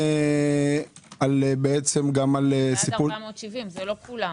זה עד 470. זה לא כולם.